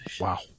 Wow